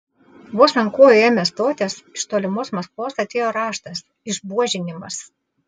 vos ant kojų ėmė stotis iš tolimos maskvos atėjo raštas išbuožinimas